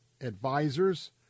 advisors